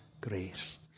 grace